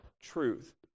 truth